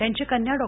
त्यांची कन्या डॉ